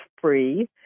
free